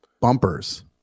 bumpers